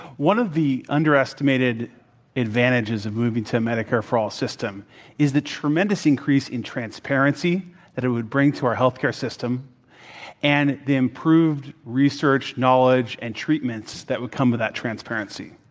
one of the underestimated advantages of moving to a medicare for all system is the tremendous increase in transparency that it would bring to our healthcare system and the improved research, knowledge, and treatments that would come with that transparency.